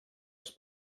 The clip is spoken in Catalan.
els